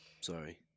Sorry